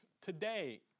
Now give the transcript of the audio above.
today